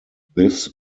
this